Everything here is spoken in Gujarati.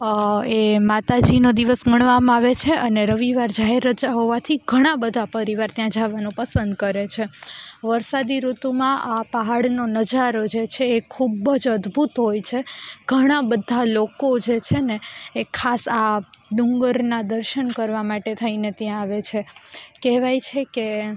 એ માતાજીનો દિવસ ગણવામાં આવે છે અને રવિવાર જાહેર રજા હોવાથી ઘણા બધા પરિવાર ત્યાં જવાનું પસંદ કરે છે વરસાદી ઋતુમાં આ પહાડનો નજારો જે છે એ ખૂબ જ અદ્ભુત હોય છે ઘણાં બધા લોકો જે છે ને એ ખાસ આ ડુંગરનાં દર્શન કરવા માટે થઈને ત્યાં આવે છે કહેવાય છે કે